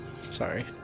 Sorry